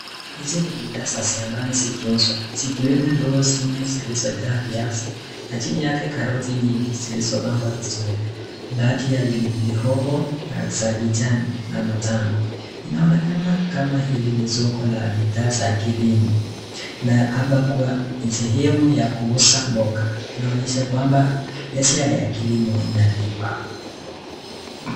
Hizi ni bidhaa za shambani zikiuzwa, zikiwemo ndoo zenye zilizojaa viazi na chini yake karoti nyingi zilizopangwa vizuri. Baadhi ya pilipili hoho za kijani na manjano. Inaonekana kama hili ni soko la bidhaa za kilimo. Naapa kuwa ni sehemu ya kuuza mboga. Inaonyesha kwamba biashara ya kilimo inalipa.